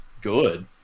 good